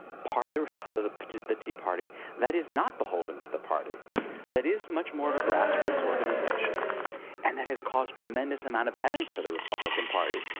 part of the the tea party that is not beholden to the party that is much more of a grassroots organisation and that has caused tremendous amount of headache for the republican party.